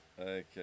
Okay